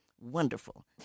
wonderful